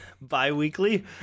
Bi-weekly